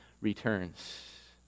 returns